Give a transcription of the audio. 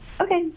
Okay